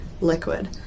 liquid